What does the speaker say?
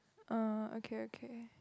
uh okay okay